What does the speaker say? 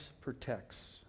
protects